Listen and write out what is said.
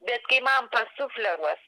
bet kai man pasufleruos